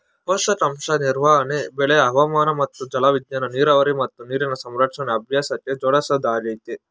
ಪೋಷಕಾಂಶ ನಿರ್ವಹಣೆ ಬೆಳೆ ಹವಾಮಾನ ಮತ್ತು ಜಲವಿಜ್ಞಾನನ ನೀರಾವರಿ ಮತ್ತು ನೀರಿನ ಸಂರಕ್ಷಣಾ ಅಭ್ಯಾಸಕ್ಕೆ ಜೋಡ್ಸೊದಾಗಯ್ತೆ